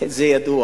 כי זה ידוע.